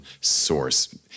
source